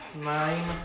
Nine